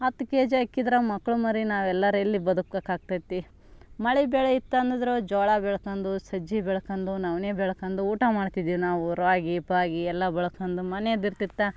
ಹತ್ತು K G ಅಕ್ಕಿದಾಗೆ ಮಕ್ಳು ಮರಿ ನಾವೆಲ್ಲರು ಎಲ್ಲಿ ಬದುಕೋಕ್ಕೆ ಆಗ್ತೈತಿ ಮಳೆ ಬೆಳೆ ಇತ್ತಂದ್ರೆ ಜೋಳ ಬೆಳ್ಕೊಂಡು ಸಜ್ಜೆ ಬೆಳ್ಕೊಂಡು ನವ್ಣೆ ಬೆಳ್ಕೊಂಡು ಊಟ ಮಾಡ್ತಿದ್ದೀವಿ ನಾವು ರಾಗಿ ಪಾಗಿ ಎಲ್ಲ ಬೆಳ್ಕೊಂಡು ಮನೆದಿರ್ತಿತ್ತು